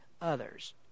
others